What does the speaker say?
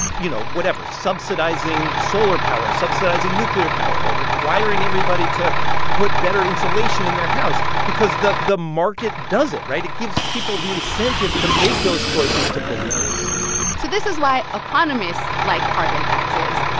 you know, whatever subsidizing solar power, subsidizing nuclear power or requiring everybody to put better insulation in their house because the the market does it, right? it gives people the incentive to make those choices to pollute less so this is why economists like carbon taxes.